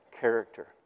character